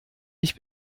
ich